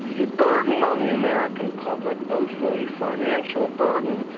the burden on the american public both a financial burden,